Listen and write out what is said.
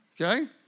Okay